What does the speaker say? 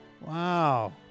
Wow